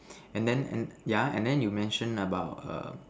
and then and yeah and then you mention about err